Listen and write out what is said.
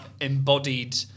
embodied